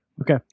Okay